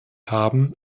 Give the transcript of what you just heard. haben